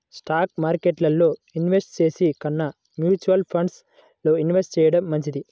stock మార్కెట్టులో invest చేసే కన్నా మ్యూచువల్ ఫండ్స్ లో ఇన్వెస్ట్ చెయ్యడం మంచిది